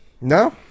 No